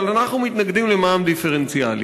אבל אנחנו מתנגדים למע"מ דיפרנציאלי.